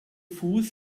fuß